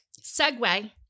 Segway